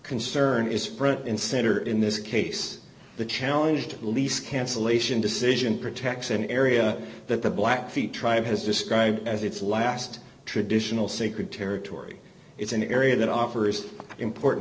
concern is front and center in this case the challenge to police cancelation decision protects an area that the blackfeet tribe has described as its last traditional sacred territory it's an area that offers important